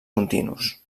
continus